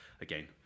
again